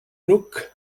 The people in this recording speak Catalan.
nuc